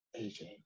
AJ